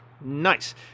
Nice